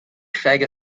sega